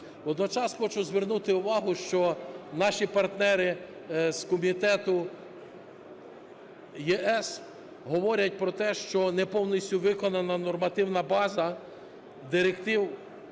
Водночас хочу звернути увагу, що наші партнери з комітету ЄС говорять про те, що не повністю виконана нормативна база Директив